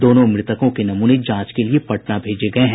दोनों मृतकों के नमूने जांच के लिये पटना भेजे गये हैं